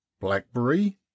Blackberry